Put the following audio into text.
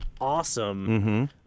awesome